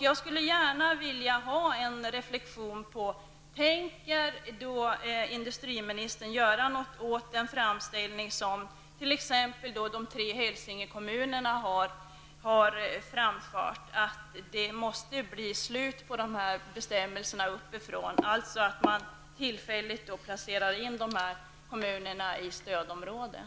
Jag skulle vilja ha en reflexion från industriministern om huruvida han tänker göra något åt den framställning som t.ex. de tre hälsingekommunerna har gjort om att bestämmelserna uppifrån måste upphöra, alltså att man tillfälligt placerar dessa kommuner i stödområdet.